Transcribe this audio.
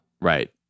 Right